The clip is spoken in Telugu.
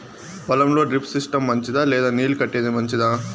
పొలం లో డ్రిప్ సిస్టం మంచిదా లేదా నీళ్లు కట్టేది మంచిదా?